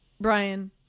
Brian